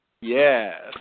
Yes